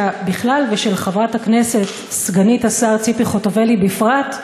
בכלל ושל חברת הכנסת סגנית השר ציפי חוטובלי בפרט,